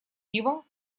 пива